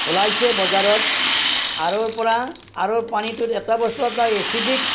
ওলাইছে বজাৰত আৰ'ৰ পৰা আৰ'ৰ পানীটোত এটা বস্তু আপোনাৰ এচিডিক